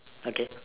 okay